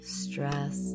stress